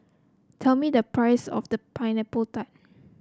tell me the price of the Pineapple Tart